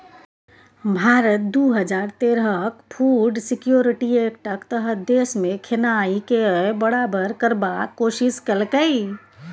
भारत दु हजार तेरहक फुड सिक्योरिटी एक्टक तहत देशमे खेनाइ केँ बराबर करबाक कोशिश केलकै